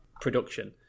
production